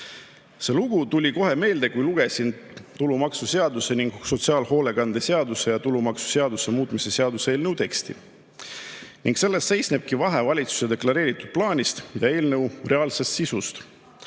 See lugu tuli kohe meelde, kui lugesin tulumaksuseaduse ning sotsiaalhoolekande seaduse ja tulumaksuseaduse muutmise seaduse eelnõu teksti. Selles seisnebki valitsuse deklareeritud plaani ja eelnõu reaalse sisu